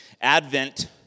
Advent